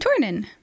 Tornin